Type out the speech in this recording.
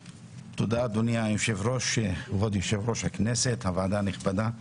תודה, אדוני, כבוד יושב-ראש הכנסת וכל המכובדים,